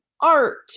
art